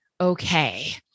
okay